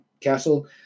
Castle